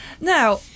Now